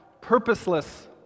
purposeless